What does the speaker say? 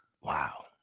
Wow